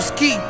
Ski